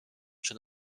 czy